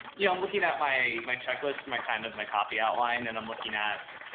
yeah i'm looking at my my checklist, my kind of my copy outline, and i'm looking at.